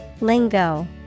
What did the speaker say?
Lingo